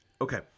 okay